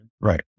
Right